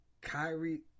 Kyrie